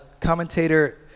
commentator